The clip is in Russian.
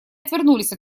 отвернулись